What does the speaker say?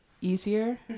easier